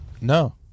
no